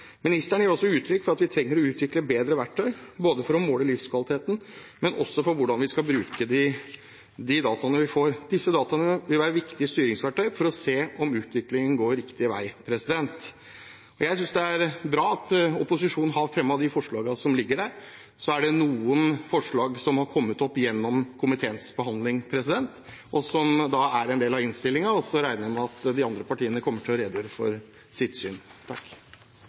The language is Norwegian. Ministeren gir også uttrykk for at vi trenger å utvikle bedre verktøy både for å måle livskvaliteten og også for hvordan vi skal bruke de dataene vi får. Disse dataene vil være et viktig styringsverktøy for å se om utviklingen går riktig vei. Jeg synes det er bra at opposisjonen har fremmet de forslagene som ligger der. Så er det noen forslag som har kommet opp gjennom komiteens behandling, og som da er en del av innstillingen. Jeg regner med at de andre partiene kommer til å redegjøre for sitt syn.